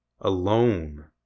Alone